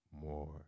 more